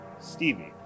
Stevie